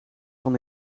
van